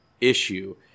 issue